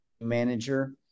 manager